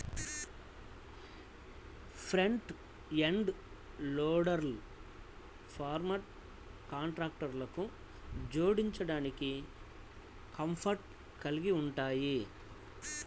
front end లోడర్లు farm ట్రాక్టర్లకు జోడించడానికి కాంపాక్ట్ కలిగి ఉంటాయి